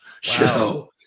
show